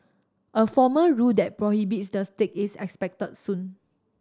a formal rule that prohibits the stick is expected soon